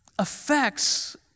affects